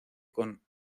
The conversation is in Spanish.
con